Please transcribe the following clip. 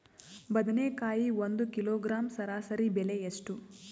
ಬದನೆಕಾಯಿ ಒಂದು ಕಿಲೋಗ್ರಾಂ ಸರಾಸರಿ ಬೆಲೆ ಎಷ್ಟು?